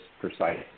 precise